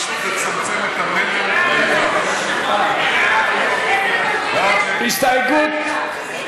אני מציע לך פשוט לצמצם את המלל, הסתייגות מס'